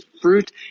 fruit